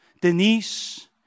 Denise